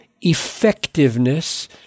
effectiveness